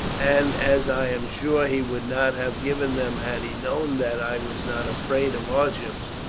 and as i am sure he would not have given them had he known that i was not afraid of hardships,